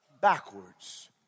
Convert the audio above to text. backwards